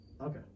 Okay